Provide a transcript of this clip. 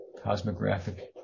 cosmographic